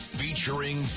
featuring